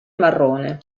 marrone